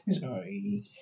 Sorry